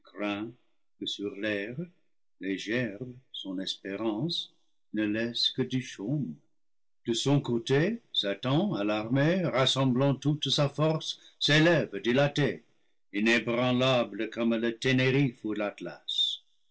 sur l'aire les gerbes son espérance ne laissent que du chaume de son côté satan alarmé rassemblant toute sa force s'élève dilaté inébranlable comme le ténériffe ou l'atlas